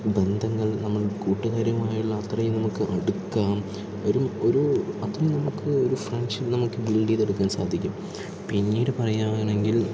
ബന്ധങ്ങൾ നമ്മൾ കൂട്ടുകാരുമായുള്ള അത്രേയും നമുക്ക് അടുക്കാം ഒരു ഒരു അത് നമുക്ക് ഒരു ഫ്രണ്ട്ഷിപ്പ് നമുക്ക് ബിൽഡ് ചെയ്തെടുക്കാൻ സാധിക്കും പിന്നീട് പറയുകയാണെങ്കിൽ